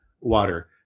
water